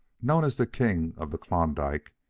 known as the king of the klondike,